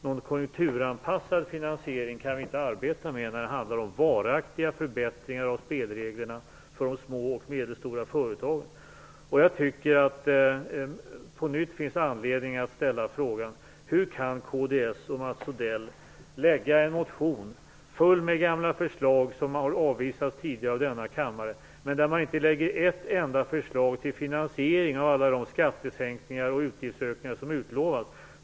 Någon konjunkturanpassad finansiering kan vi inte arbeta med när det handlar om varaktiga förbättringar av spelreglerna för de små och medelstora företagen. Jag tycker att det finns anledning att på nytt ställa frågan: Hur kan kds och Mats Odell väcka en motion som är full med gamla förslag, som har avvisats tidigare av denna kammare, men där man inte lägger ett enda förslag till finansiering av alla de skattesänkningar och utgiftsökningar som utlovas?